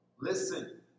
listen